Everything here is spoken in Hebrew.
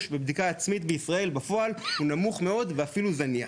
בבדיקה עצמית בפועל נמוך מאוד ואפילו זניח.